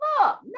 Look